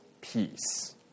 peace